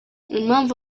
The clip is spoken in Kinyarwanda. impamvu